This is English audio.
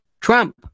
Trump